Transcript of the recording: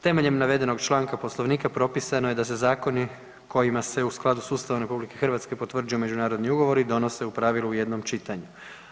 Temeljem navedenog članka Poslovnika propisano je da se zakoni kojima se u skladu s Ustavom Republike Hrvatske potvrđuju međunarodni ugovori donose u pravilu u jednom čitanju.